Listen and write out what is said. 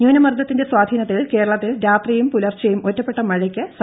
ന്യൂനമർദ്ദത്തിന്റെ സ്വാധീനത്തിൽ കേരളത്തിൽ രാത്രിയും പുലർച്ചെയും ഒറ്റപ്പെട്ട മഴക്ക് സാധ്യത